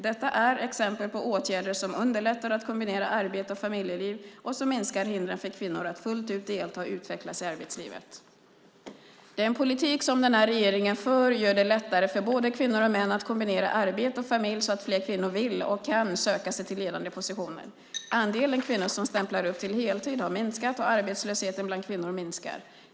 Detta är exempel på åtgärder som underlättar att kombinera arbete och familjeliv och som minskar hindren för kvinnor att fullt ut delta och utvecklas i arbetslivet. Den politik som den här regeringen för gör det lättare för både kvinnor och män att kombinera arbete och familj så att fler kvinnor vill och kan söka sig till ledande positioner. Andelen kvinnor som stämplar upp till heltid har minskat, och arbetslösheten bland kvinnor minskar.